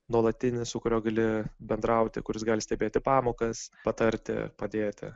nuolatinį su kuriuo gali bendrauti kuris gali stebėti pamokas patarti padėti